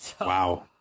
Wow